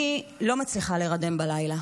אני לא מצליחה להירדם בלילה